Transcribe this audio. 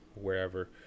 wherever